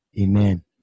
Amen